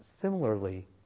similarly